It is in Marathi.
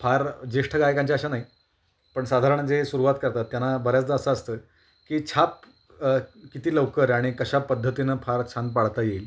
फार ज्येष्ठ गायकांच्या अशा नाही पण साधारण जे सुरुवात करतात त्यांना बऱ्याचदा असं असतं की छाप किती लवकर आणि कशा पद्धतीनं फार छान पाडता येईल